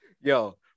Yo